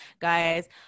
guys